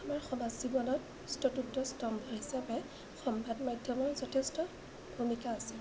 আমাৰ সমাজ জীৱনত চতুৰ্থ স্তম্ভ হিচাপে সংবাদ মাধ্যমৰ যথেষ্ট ভূমিকা আছে